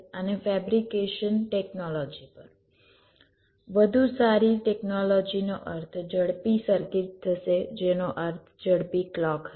અને fabrication technology પર વધુ સારી ટેકનોલોજીનો અર્થ ઝડપી સર્કિટ થશે જેનો અર્થ ઝડપી ક્લૉક હશે